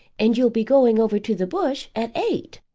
and you'll be going over to the bush at eight.